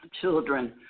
Children